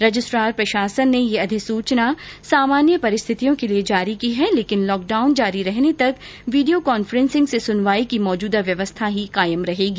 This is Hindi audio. रजिस्ट्रार प्रशासन ने यह अधिसूचना सामान्य परिस्थितियों के लिए जारी की है लेकिन लॉकडाउन जारी रहने तक वीडियो कांफ्रेंसिंग से सुनवाई की मौजूदा व्यवस्था ही कायम रहेगी